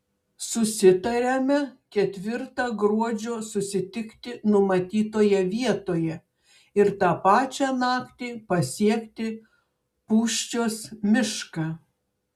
susitariame ketvirtą gruodžio susitikti numatytoje vietoje ir tą pačią naktį pasiekti pūščios mišką